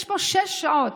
יש שש שעות.